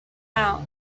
out